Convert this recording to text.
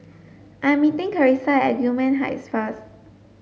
I'm meeting Charissa at Gillman Heights first